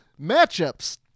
matchups